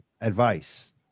advice